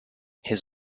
his